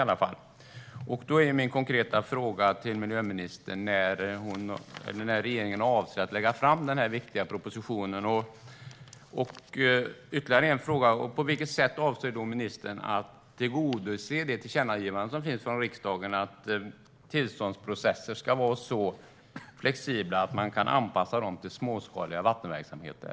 Då är min konkreta fråga till miljöministern: När avser regeringen att lägga fram den viktiga propositionen? Och på vilket sätt avser ministern att tillgodose riksdagens tillkännagivande om att tillståndsprocesser ska vara så flexibla att de kan anpassas till småskaliga vattenverksamheter?